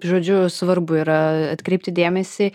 žodžiu svarbu yra atkreipti dėmesį